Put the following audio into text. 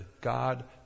God